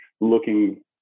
looking